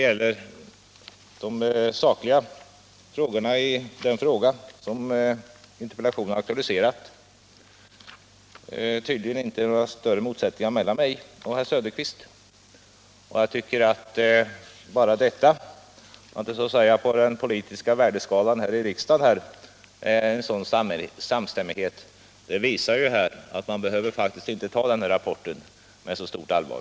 Jag kan inte finna några större motsättningar mellan mig och herr Söderqvist när det gäller de sakliga frågorna i interpellationen. En sådan samstämmighet över den politiska värdeskalan här i riksdagen tycker jag visar att man faktiskt inte behöver ta rapporten med så stort allvar.